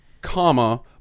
comma